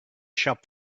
shop